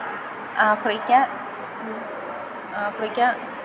Africa Africa